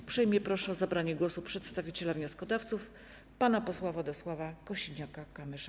Uprzejmie proszę o zabranie głosu przedstawiciela wnioskodawców pana posła Władysława Kosiniaka-Kamysza.